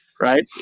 Right